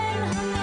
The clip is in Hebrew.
אז אני מקריאה את